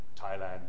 Thailand